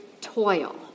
toil